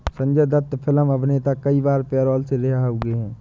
Sanjay Dutt film अभिनेता कई बार पैरोल से रिहा हुए हैं